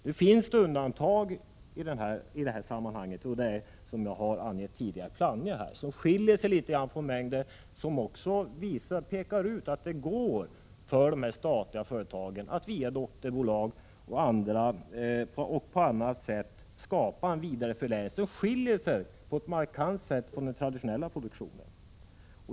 Det finns dock ett undantag i detta sammanhang, och det är Plannja, som jag tidigare har angett. Plannja skiljer sig litet grand från mängden. Företaget visar nämligen att det är möjligt för statliga företag att via dotterbolag eller på annat sätt skapa en vidareförädling, som markant skiljer sig från den traditionella produktionen.